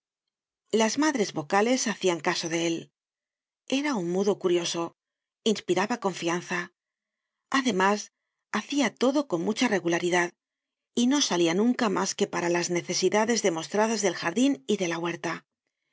las madres vocales hacian caso de él era un mudo curioso inspiraba confianza además hacia todo con mucha regularidad y no salía nunca mas que para las necesidades demostradas del jardin y de la huerta